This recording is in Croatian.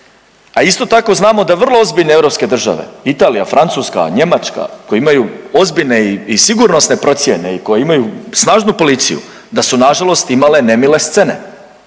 A isto tako znamo da vrlo ozbiljne europske države Italija, Francuska, Njemačka koji imaju ozbiljne i sigurnosne procjene i koji imaju snažnu policiju da su na žalost imale nemile scene.